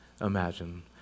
imagine